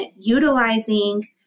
utilizing